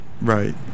Right